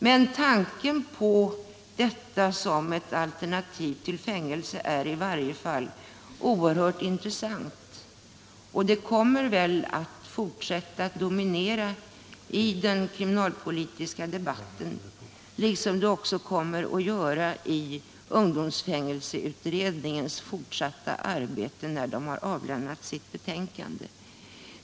Men tanken på denna samhällstjänst som ett alternativ till fängelse är i varje fall oerhört intressant och kommer väl att fortsätta att dominera den kriminalpolitiska debatten liksom ungdomsfängelseutredningens fortsatta arbete när den har avlämnat sitt betänkande.